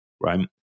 right